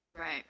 Right